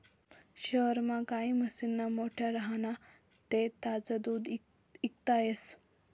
शहरमा गायी म्हशीस्ना गोठा राह्यना ते ताजं दूध इकता येस